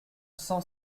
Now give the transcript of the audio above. cent